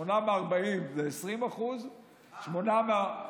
8 מ-40 זה 20% אה, צודק.